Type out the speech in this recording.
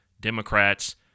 Democrats